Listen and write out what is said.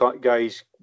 guys